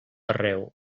arreu